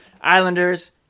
Islanders